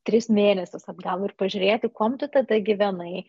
tris mėnesius atgal ir pažiūrėti kuom tu tada gyvenai